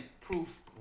proof